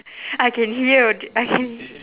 I can hear I can h~